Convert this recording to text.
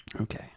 Okay